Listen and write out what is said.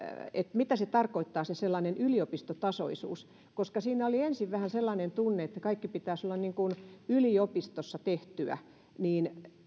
mitä se sellainen yliopistotasoisuus tarkoittaa koska siinä oli ensin vähän sellainen tunne että kaikki pitäisi olla niin kuin yliopistossa tehtyä niin